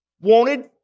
wanted